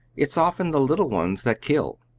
it's often the little ones that kill.